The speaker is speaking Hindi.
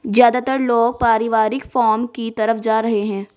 ज्यादातर लोग पारिवारिक फॉर्म की तरफ जा रहै है